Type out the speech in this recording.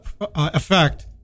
effect